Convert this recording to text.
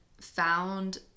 found